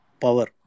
power